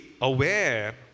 aware